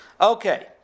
Okay